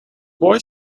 boy